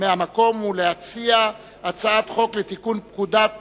להציע מהמקום את הצעת חוק לתיקון פקודת